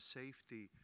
safety